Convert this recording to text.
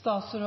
Jeg